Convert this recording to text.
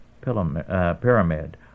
Pyramid